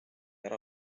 ära